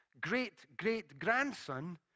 great-great-grandson